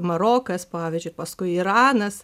marokas pavyzdžiui paskui iranas